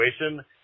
situation